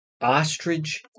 ostrich